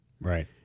Right